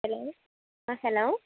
hello hello